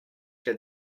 had